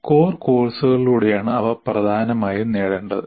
core കോഴ്സുകളിലൂടെയാണ് ഇവ പ്രധാനമായും നേടേണ്ടത്